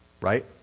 Right